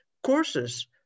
courses